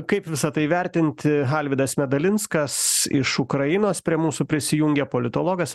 kaip visa tai vertinti alvydas medalinskas iš ukrainos prie mūsų prisijungė politologas